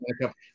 backup